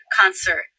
concert